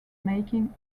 making